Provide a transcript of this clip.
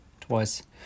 Twice